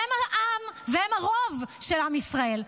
והם העם והם הרוב של עם ישראל,